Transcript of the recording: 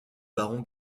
baron